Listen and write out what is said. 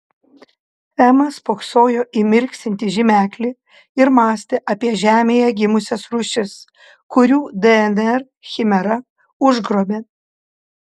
ema spoksojo į mirksintį žymeklį ir mąstė apie žemėje gimusias rūšis kurių dnr chimera užgrobė